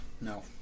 No